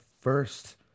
first